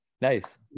Nice